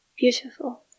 Beautiful